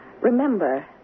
Remember